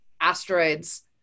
asteroids